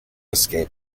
escape